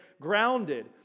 grounded